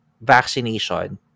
vaccination